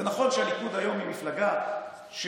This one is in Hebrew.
זה נכון שהליכוד היום היא מפלגה ששבויה